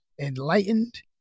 enlightened